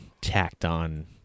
tacked-on